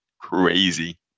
Crazy